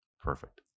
Perfect